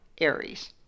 Aries